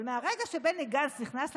אבל מרגע שבני גנץ נכנס לתפקיד,